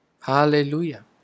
Hallelujah